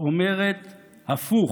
אומרת הפוך,